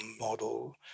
model